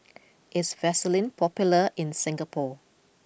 is Vaselin popular in Singapore